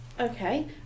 okay